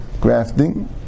grafting